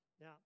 now